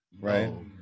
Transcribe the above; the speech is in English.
right